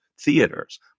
theaters